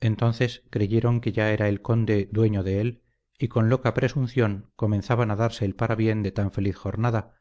entonces creyeron que ya era el conde dueño de él y con loca presunción comenzaban a darse el parabién de tan feliz jornada